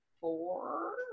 four